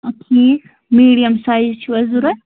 ٹھیٖک medium size چھُو حَظ ضروٗرت